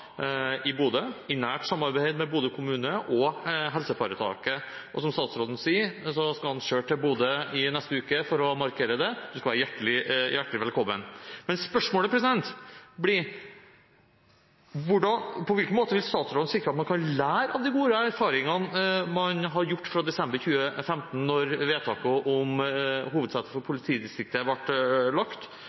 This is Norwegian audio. i Bodø i nært samarbeid med Bodø kommune og helseforetaket. Som statsråden sier, skal han selv til Bodø i neste uke for å markere det – du skal være hjertelig velkommen! Men spørsmålet blir: På hvilken måte vil statsråden sikre at man kan lære av de gode erfaringene man har gjort fra desember 2015, da vedtaket om hovedsetet for politidistriktet ble